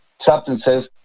substances